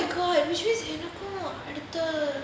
oh my god which means எனக்கும் அடுத்த:enakkum adutha